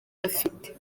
afite